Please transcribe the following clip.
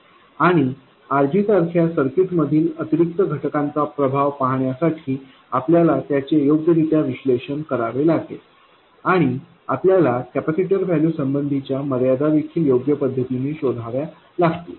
आणि RG सारख्या सर्किटमधील अतिरिक्त घटकांचा प्रभाव पाहण्यासाठी आपल्याला त्याचे योग्यरित्या विश्लेषण करावे लागेल आणि आपल्याला कॅपेसिटर व्हॅल्यू संबंधीच्या मर्यादा देखील योग्य पद्धतीने शोधाव्या लागतील